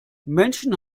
menschen